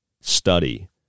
study